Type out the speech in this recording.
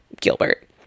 Gilbert